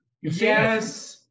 yes